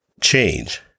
change